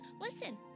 Listen